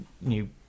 new